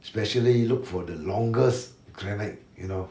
especially look for the longest granite you know